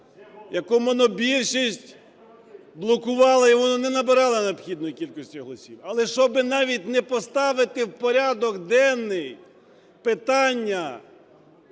яку монобільшість блокували і воно не набирало необхідної кількості голосів. Але щоби навіть не поставити в порядок денний питання,